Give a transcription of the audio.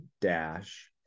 dash